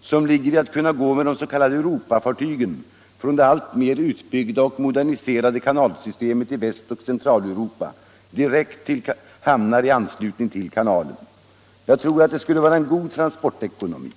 som ligger i att kunna gå med de s.k. Europafartygen från det alltmer utbyggda och moderniserade kanalsystemet i Västoch Centraleuropa direkt till hamnar i anslutning till Göta kanal. Jag tror att det skulle vara god transportekonomi.